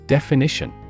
Definition